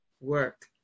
work